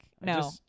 no